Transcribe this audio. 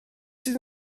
sydd